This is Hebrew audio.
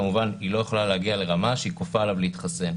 כמובן שהיא לא יכלה להגיע לרמה שהיא כופה עליו להתחסן,